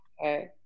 Okay